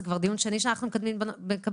זה כבר דיון שני שאנחנו מקיימים בנושא.